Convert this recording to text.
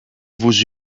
vous